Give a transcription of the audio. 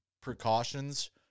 precautions